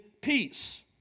peace